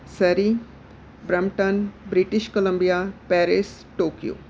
Surrey Brampton British Colombia Paris Tokyo